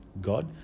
God